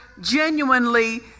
genuinely